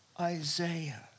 Isaiah